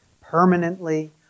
permanently